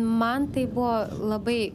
man tai buvo labai